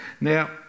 Now